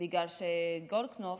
בגלל שגולדקנופ